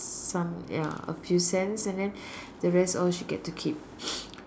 some ya a few cents and then the rest all she get to keep